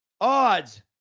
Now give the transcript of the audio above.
odds